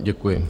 Děkuji.